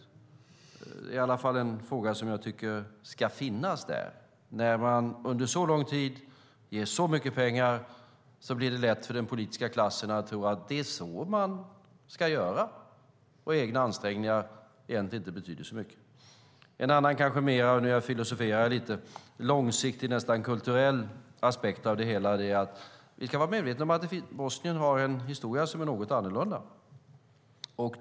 Det är i alla fall frågor som jag tycker ska finnas där. När man under så lång tid ger så mycket pengar blir det lätt för den politiska klassen att tro att det är så man ska göra och att egna ansträngningar egentligen inte betyder så mycket. En annan långsiktig och mer kulturell aspekt av det hela är - nu filosoferar jag lite - är att Bosnien har en historia som är något annorlunda.